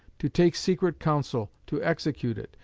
to take secret counsel, to execute it,